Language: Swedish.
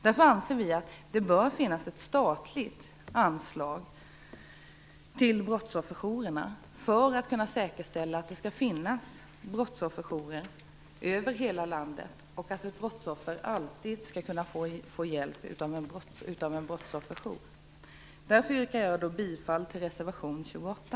Därför anser vi att det bör finnas ett statligt anslag för att kunna säkerställa att det finns brottsofferjourer i hela landet och att ett brottsoffer alltid skall kunna få den hjälp som behövs. Därför yrkar jag bifall till reservation 28.